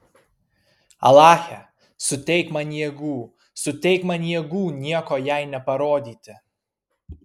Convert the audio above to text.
alache suteik man jėgų suteik man jėgų nieko jai neparodyti